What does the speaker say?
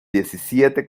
diecisiete